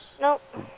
Nope